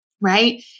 right